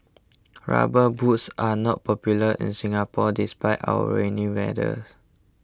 rubber boots are not popular in Singapore despite our rainy weather